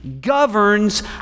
governs